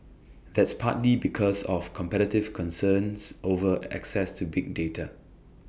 that's partly because of competitive concerns over access to big data